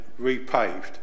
repaved